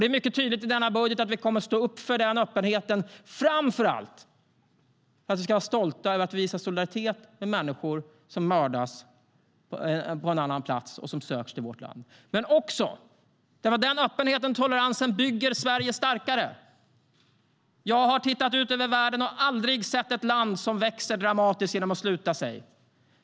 Det är mycket tydligt i denna budget att vi kommer att stå upp för den öppenheten, framför allt för att vi ska vara stolta över att vi visar solidaritet med människor som riskerar att mördas på en annan plats och som söker sig till vårt land, men också därför att den öppenheten och toleransen bygger Sverige starkare. Jag har tittat ut över världen och aldrig sett ett land växa dramatiskt genom att sluta sig.